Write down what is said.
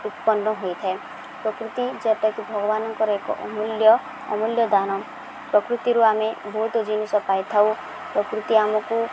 ଉତ୍ପନ୍ନ ହୋଇଥାଏ ପ୍ରକୃତି ଯେଉଁଟାକି ଭଗବାନଙ୍କର ଏକ ଅମୂଲ୍ୟ ଅମୂଲ୍ୟ ଦାନ ପ୍ରକୃତିରୁ ଆମେ ବହୁତ ଜିନିଷ ପାଇଥାଉ ପ୍ରକୃତି ଆମକୁ